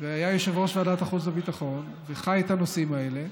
והיה יושב-ראש ועדת החוץ והביטחון וחי את הנושאים האלה,